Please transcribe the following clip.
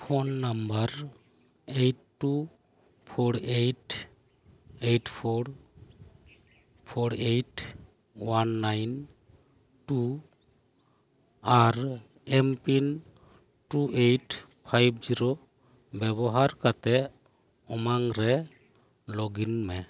phone number eight two four eight eight four four eight one nine two ᱟᱨ M PIN two eight five zero ᱵᱮᱵᱚᱦᱟᱨ ᱠᱟᱛᱮᱫ ᱩᱢᱟᱝ ᱨᱮ login ᱢᱮ